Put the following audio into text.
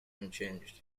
unchanged